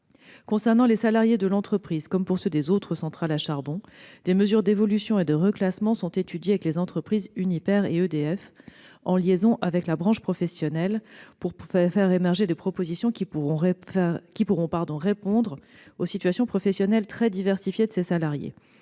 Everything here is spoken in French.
Concernant les salariés de l'entreprise, comme pour ceux des autres centrales au charbon, des mesures d'évolution et de reclassement sont étudiées avec les entreprises Uniper et EDF, en liaison avec la branche professionnelle, afin de faire émerger des propositions qui pourront répondre aux situations professionnelles très diversifiées de ces salariés.